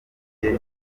the